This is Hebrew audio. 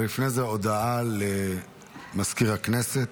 לפני זה, הודעה למזכיר הכנסת,